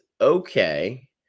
okay